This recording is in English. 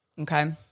Okay